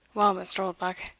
well, mr. oldbuck,